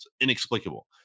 Inexplicable